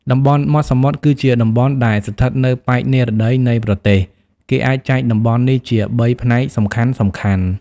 តំបន់មាត់សមុទ្រគឺជាតំបន់ដែលស្ថិតនៅប៉ែកនិរតីនៃប្រទេស គេអាចចែកតំបន់នេះជា ៣ ផ្នែកសំខាន់ៗ។